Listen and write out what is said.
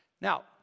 Now